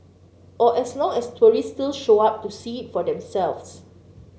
or as long as tourists still show up to see it for themselves